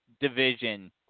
division